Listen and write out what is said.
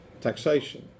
taxation